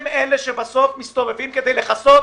הם אלה שבסוף מסתובבים כדי לכסות